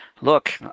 Look